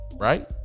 right